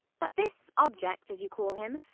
but this object, as you call him,